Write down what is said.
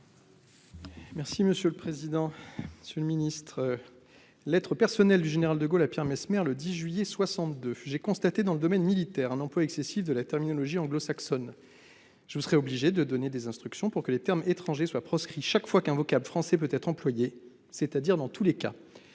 extrait d'une lettre personnelle adressée par le général de Gaulle à Pierre Messmer le 19 juillet 1962 :« J'ai constaté, notamment dans le domaine militaire, un emploi excessif de la terminologie anglo-saxonne. Je vous serais obligé de donner des instructions pour que les termes étrangers soient proscrits chaque fois qu'un vocable français peut être employé, c'est-à-dire dans tous les cas.